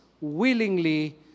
willingly